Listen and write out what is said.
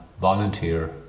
volunteer